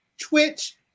Twitch